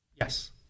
Yes